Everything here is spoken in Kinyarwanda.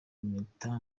impeta